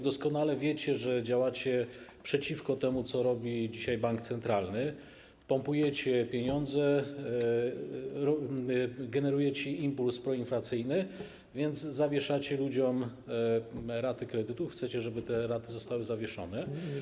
Doskonale wiecie, że działacie przeciwko temu, co robi dzisiaj bank centralny: pompujecie pieniądze, generujecie impuls poinflacyjny, więc zwieszacie ludziom raty kredytów, chcecie, żeby te raty zostały zawieszone.